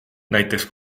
näiteks